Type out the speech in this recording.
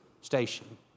station